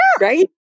Right